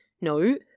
No